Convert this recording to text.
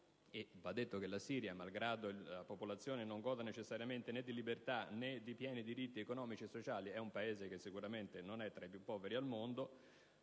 (va detto che la Siria, malgrado la popolazione non goda necessariamente né di libertà, né di pieni diritti economici e sociali, sicuramente non è tra i Paesi più poveri al mondo)